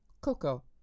Coco